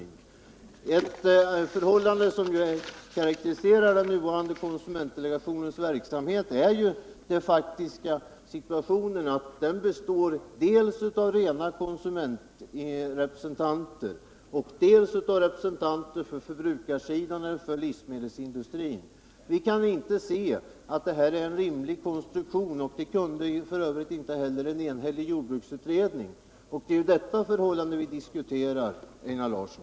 Ett förhållande som karakteriserar den nuvarande konsumentdelegationen är ju den faktiska situationen att den består av dels rena konsumentrepresentanter, dels representanter för förbrukarsidan eller för livsmedelsindustrin. Vi kan inte se att det här är en rimlig konstruktion, och det kunde f. ö. inte heller en enhällig jordbruksutredning göra. Det är detta förhållande vi diskuterar nu, Einar Larsson.